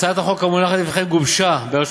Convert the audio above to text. הצעת החוק המונחת לפניכם גובשה ברשות